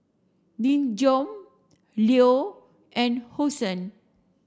Nin Jiom Leo and Hosen